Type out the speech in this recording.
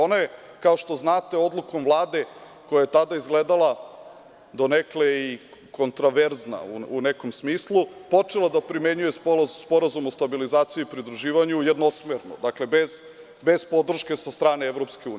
Ona je, kao što znate, odlukom Vlade koja je tada izgledala donekle i kontraverzna u nekom smislu, počela da primenjuje Sporazum o stabilizaciji i pridruživanju jednosmerno, bez podrške od strane EU.